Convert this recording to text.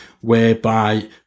whereby